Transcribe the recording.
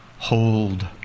Hold